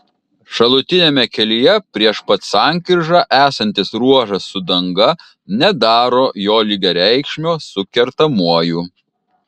šalutiniame kelyje prieš pat sankryžą esantis ruožas su danga nedaro jo lygiareikšmio su kertamuoju